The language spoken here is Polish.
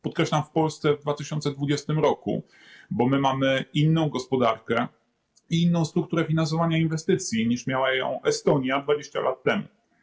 Podkreślam: w Polsce w 2020 r., bo my mamy inną gospodarkę i inną strukturę finansowania inwestycji, niż miała je Estonia 20 lat temu.